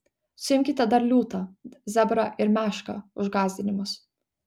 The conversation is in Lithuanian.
suimkite dar liūtą zebrą ir mešką už gąsdinimus